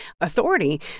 authority